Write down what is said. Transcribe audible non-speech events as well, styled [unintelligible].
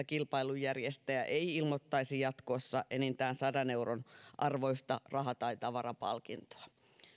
[unintelligible] kilpailujärjestäjä ei ilmoittaisi jatkossa enintään sadan euron arvoista raha tai tavarapalkintoa